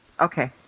Okay